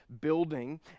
building